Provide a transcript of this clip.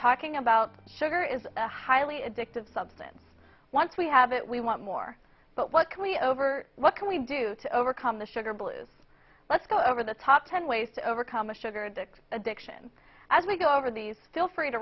talking about sugar is a highly addictive substance once we have it we want more but what can we over what can we do to overcome the sugar bowl let's go over the top ten ways to overcome a sugar addict addiction as we go over these still free to